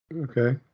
Okay